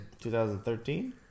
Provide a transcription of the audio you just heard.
2013